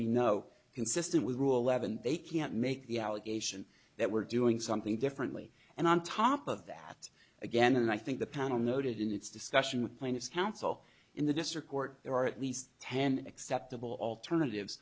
be no consistent with rule eleven they can't make the allegation that we're doing something differently and on top of that again and i think the panel noted in its discussion with plaintiffs counsel in the district court there are at least ten acceptable alternatives